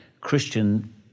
Christian